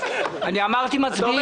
אני אמרתי: "מצביעים".